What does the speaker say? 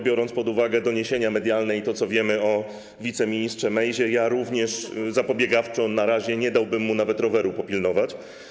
Biorąc pod uwagę doniesienia medialne i to, co wiadomo o wiceministrze Mejzie, ja również zapobiegawczo na razie nie dałbym mu nawet roweru popilnować.